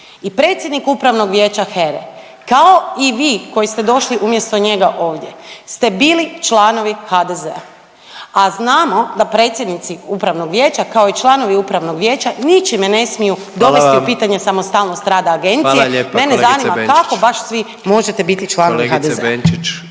I predsjednik Upravnog vijeća HERA-e kao i vi koji ste došli umjesto njega ovdje ste bili članovi HDZ-a, a znamo da predsjednici upravnog vijeća kao i članovi Upravnog vijeća ničime ne smiju dovesti u pitanje samostalnost rada agencije. …/Upadica predsjednik: